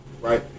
right